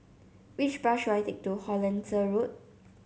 which bus should I take to Hollandse Road